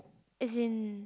as in